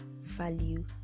value